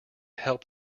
help